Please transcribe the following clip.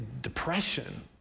depression